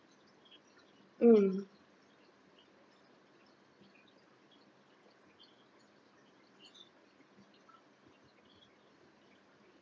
mm